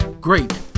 great